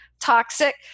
toxic